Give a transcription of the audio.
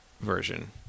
version